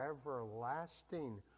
everlasting